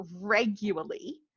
regularly